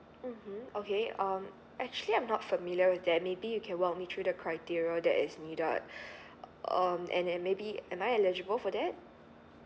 mmhmm okay um actually I'm not familiar with that maybe you can walk me through the criteria that is needed um and and maybe am I eligible for that